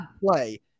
play